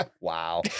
Wow